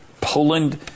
Poland